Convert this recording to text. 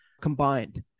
combined